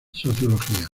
sociología